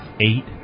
eight